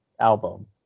album